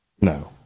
No